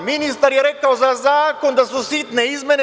Ministar je rekao za zakon da su sitne izmene.